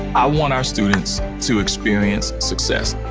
i want our students to experience success,